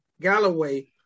Galloway